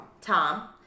Tom